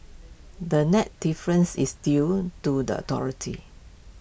the net difference is due to the authority